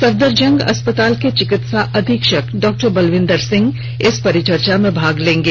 सफदरजंग अस्पताल के चिकित्सा अधीक्षक डॉक्टर बलविन्दर सिंह इस परिचर्चा में भाग लेंगे